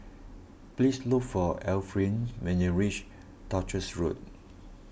please look for Efrain when you reach Duchess Road